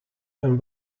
een